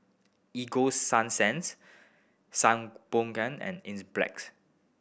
Ego Sunsense Sangobion and Enzyplex